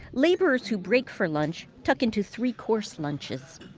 laborers who break for lunch tuck into three-course lunches.